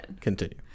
Continue